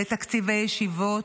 לתקציבי ישיבות,